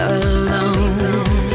alone